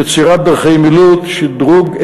יצירת דרכי מילוט, שדרוג.